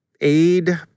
aid